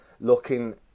looking